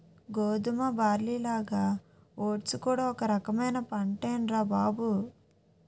గోధుమ, బార్లీలాగా ఓట్స్ కూడా ఒక రకమైన పంటేనురా బాబూ